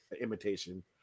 imitation